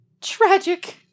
Tragic